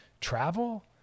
travel